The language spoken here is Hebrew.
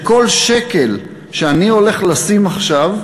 כי כל שקל שאני הולך לשים עכשיו,